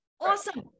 awesome